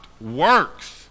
works